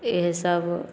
इएहसब